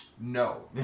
No